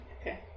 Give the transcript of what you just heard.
Okay